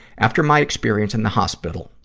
after my experience in the hospital,